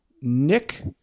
Nick